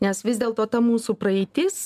nes vis dėlto ta mūsų praeitis